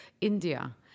India